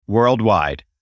Worldwide